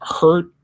hurt